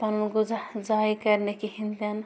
پَنٛنُن غُذا ضایہِ کرِنہٕ کِہیٖنۍ تہِ نہٕ